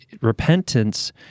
Repentance